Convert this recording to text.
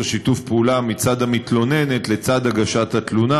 שיתוף פעולה מצד המתלוננת לאחר הגשת התלונה,